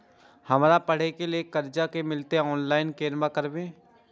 हमरा पढ़े के लेल कर्जा जे मिलते ऑनलाइन केना करबे?